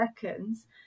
seconds